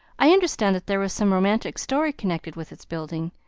i understand that there was some romantic story connected with its building,